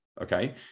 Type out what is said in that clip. Okay